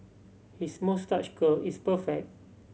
his moustache curl is perfect